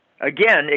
Again